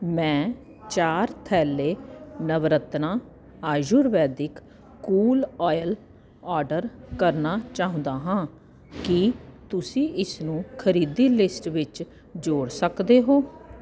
ਮੈਂ ਚਾਰ ਥੈਲੇ Navratna Ayurvedic cool oil order ਕਰਨਾ ਚਾਹੁੰਦਾ ਹਾਂ ਕੀ ਤੁਸੀਂ ਇਸਨੂੰ ਖਰੀਦੀ ਲਿਸਟ ਵਿੱਚ ਜੋੜ ਸਕਦੇ ਹੋ